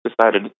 decided